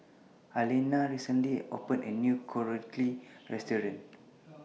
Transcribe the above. Allena recently opened A New Korokke Restaurant